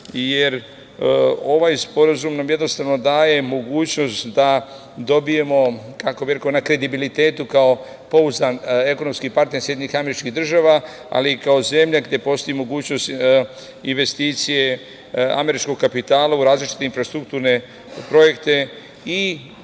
jer ovaj sporazum nam jednostavno daje mogućnost da dobijemo na kredibilitetu kao pouzdan ekonomski partner Sjedinjenih Američkih Država, ali i kao zemlja gde postoji mogućnost investicije američkog kapitala u različite infrastrukturne projekte.